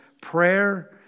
prayer